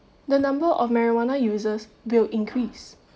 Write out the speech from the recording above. the number of marijuana users will increase